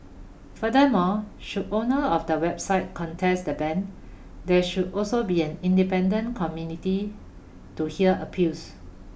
furthermore should owner of the website contest the ban there should also be an independent to hear appeals